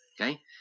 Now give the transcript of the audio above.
Okay